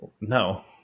No